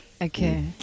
Okay